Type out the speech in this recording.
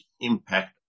impact